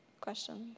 questions